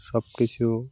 সব কিছু